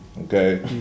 Okay